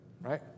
right